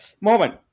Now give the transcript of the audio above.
Moment